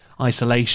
isolation